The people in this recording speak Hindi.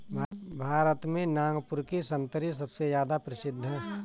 भारत में नागपुर के संतरे सबसे ज्यादा प्रसिद्ध हैं